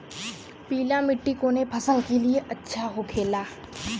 पीला मिट्टी कोने फसल के लिए अच्छा होखे ला?